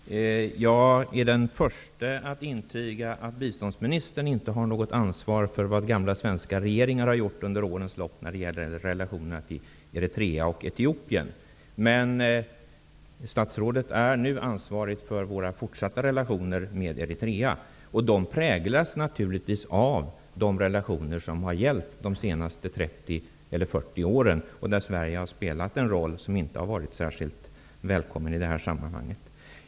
Fru talman! Jag är den förste att intyga att biståndsministern inte har något ansvar för vad gamla svenska regeringar har gjort under årens lopp när det gäller relationerna till Eritrea och Etiopien. Men statsrådet är nu ansvarig för våra fortsatta relationer med Eritrea, och de präglas naturligtvis av de relationer som har gällt under de senaste 30--40 åren, där Sverige har spelat en roll som inte har varit särskilt välkommen i detta sammanhang.